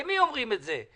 למי אומרים את זה?